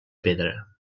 pedra